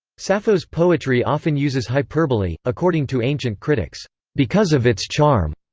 sappho's poetry often uses hyperbole, according to ancient critics because of its charm.